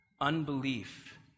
Unbelief